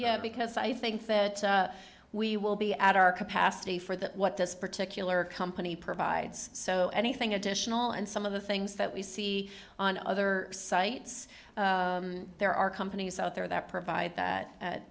yet because i think that we will be out our capacity for that what this particular company provides so anything additional and some of the things that we see on other sites there are companies out there that provide that